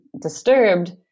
disturbed